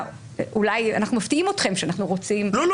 אולי אנחנו מפתיעים אתכם שאנחנו רוצים --- לא.